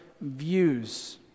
views